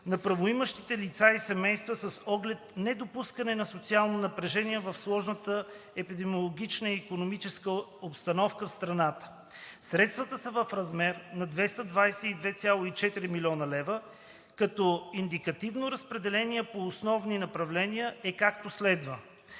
на правоимащите лица и семейства с оглед недопускане на социално напрежение в сложната епидемична и икономическа обстановка в страната. Средствата са в размер до 222,4 млн. лв., като индикативното разпределение по основни направления е, както следва: